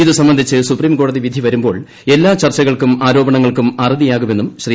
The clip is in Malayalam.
ഇതുസംബന്ധിച്ച് സുപ്രീം കോടതിവിധി വരുമ്പോൾ എല്ലാ ചർച്ചകൾക്കും ആരോപണ ങ്ങൾക്കും അറുതി ആകുമെന്നും ശ്രീ